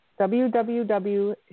www